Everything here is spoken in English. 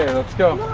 let's go.